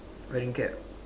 wearing cap